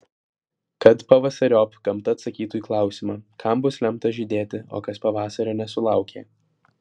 kad pavasariop gamta atsakytų į klausimą kam bus lemta žydėti o kas pavasario nesulaukė